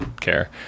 care